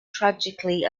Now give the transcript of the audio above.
tragically